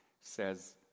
says